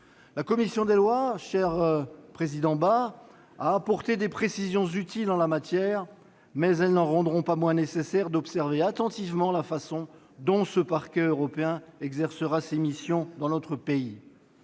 La commission des lois, cher président Bas, a apporté des précisions utiles en la matière, mais celles-ci ne rendront pas moins nécessaire l'observation attentive de la façon dont le Parquet européen exercera ses missions dans notre pays.